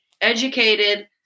educated